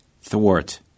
Thwart